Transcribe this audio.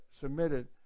submitted